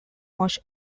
much